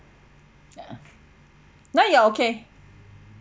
ya now you are okay